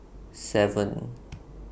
seven